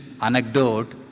anecdote